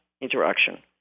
interaction